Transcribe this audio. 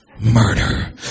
murder